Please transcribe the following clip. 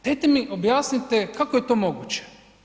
Dajte mi objasnite kako je to moguće.